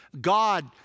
God